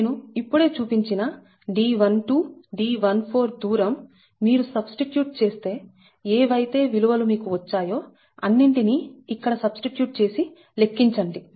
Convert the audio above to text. నేను ఇప్పుడే చూపించిన D12D14 దూరం మీరు సబ్స్టిట్యూట్ చేస్తే ఏవైతే విలువ లు మీకు వచ్చాయో అన్నింటినీ ఇక్కడ సబ్స్టిట్యూట్ చేసి లెక్కించండి